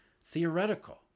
theoretical